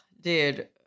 dude